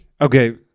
Okay